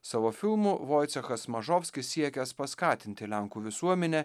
savo filmu vojcechas smažovskis siekęs paskatinti lenkų visuomenę